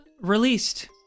released